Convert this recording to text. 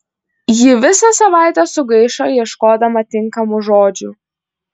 ji visą savaitę sugaišo ieškodama tinkamų žodžių